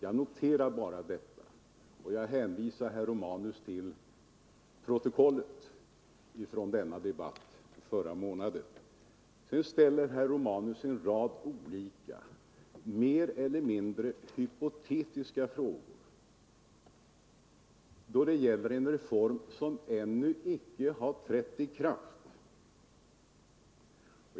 Jag noterar det bara och hänvisar herr Romanus till protokollet från debatten i denna fråga förra månaden. Sedan ställer herr Romanus en rad olika mer eller mindre hypotetiska frågor då det gäller en reform som ännu inte har trätt i kraft.